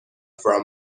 for